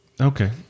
Okay